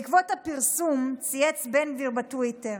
בעקבות הפרסום צייץ בן גביר בטוויטר,